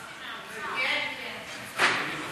סעיפים 1 3 נתקבלו.